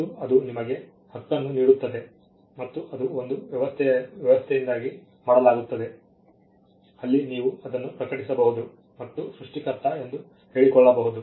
ಮತ್ತು ಅದು ನಿಮಗೆ ಹಕ್ಕನ್ನು ನೀಡುತ್ತದೆ ಮತ್ತು ಅದು ಒಂದು ವ್ಯವಸ್ಥೆಯಿಂದಾಗಿ ಮಾಡಲಾಗುತ್ತದೆ ಅಲ್ಲಿ ನೀವು ಅದನ್ನು ಪ್ರಕಟಿಸಬಹುದು ಮತ್ತು ಸೃಷ್ಟಿಕರ್ತ ಎಂದು ಹೇಳಿಕೊಳ್ಳಬಹುದು